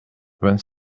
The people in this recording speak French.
vingt